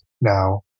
Now